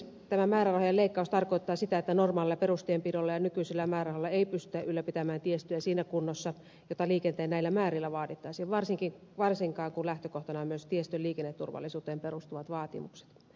tämä määrärahojen leikkaus tarkoittaa sitä että normaalilla perustienpidolla ja nykyisillä määrärahoilla ei pystytä ylläpitämään tiestöä siinä kunnossa jota liikenteen näillä määrillä vaadittaisiin varsinkaan kun lähtökohtana ovat myös tiestön liikenneturvallisuuteen perustuvat vaatimukset